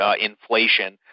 inflation